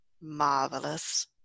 marvelous